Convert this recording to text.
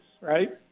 right